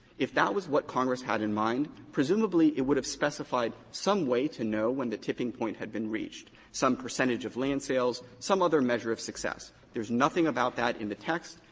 if that was what congress had in mind, presumably it would have specified some way to know when the tipping point had been reached some percentage of land sales, some other measure of success. there's nothing about that in the text.